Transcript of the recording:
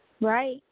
Right